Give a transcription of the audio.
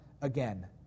again